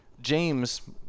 James